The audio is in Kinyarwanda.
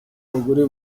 abagore